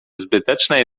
zbytecznej